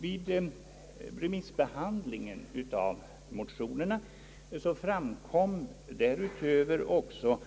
Vid remissbehandlingen av motionerna framkom därutöver också,